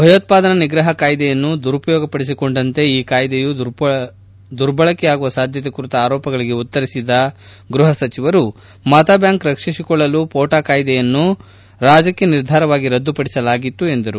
ಭಯೋತ್ವಾದನಾ ನಿಗ್ರಹ ಕಾಯ್ದೆಯನ್ನು ದುರುಪಯೋಗಪಡಿಸಿಕೊಂಡಂತೆ ಈ ಕಾಯ್ದೆಯು ದುರ್ಬಳಕೆಯಾಗುವ ಸಾಧ್ಯತೆ ಕುರಿತ ಆರೋಪಗಳಿಗೆ ಉತ್ತರಿಸಿದ ಗೃಹ ಸಚಿವರು ಮತ ಬ್ಯಾಂಕ್ ರಕ್ಷಿಸಿಕೊಳ್ಳಲು ಹೋಟಾ ಕಾಯ್ದೆಯನ್ನು ರಾಜಕೀಯ ನಿರ್ಧಾರವಾಗಿ ರದ್ದುಪಡಿಸಲಾಗಿತ್ತು ಎಂದರು